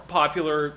popular